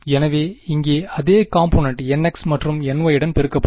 எனவே இங்கே அதே காம்பொனன்ட் nx மற்றும் ny யுடன் பெருக்கப்படும்